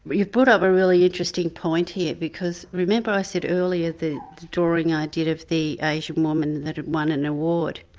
but you've brought up a really interesting point here because, remember i said earlier the drawing i did of the asian woman that had won an award?